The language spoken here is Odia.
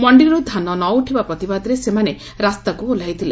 ମଣ୍ଡିରୁ ଧାନ ନ ଉଠିବା ପ୍ରତିବାଦରେ ସେମାନେ ରାସ୍ତାକୁ ଓହ୍ଲାଇଥିଲେ